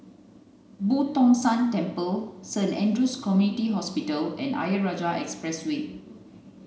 Boo Tong San Temple Saint Andrew's Community Hospital and Ayer Rajah Expressway